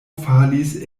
falis